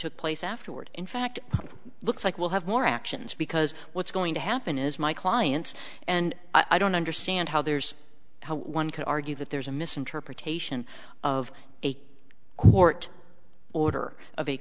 took place afterward in fact looks like we'll have more actions because what's going to happen is my client and i don't understand how there's how one could argue that there's a misinterpretation of a court order of a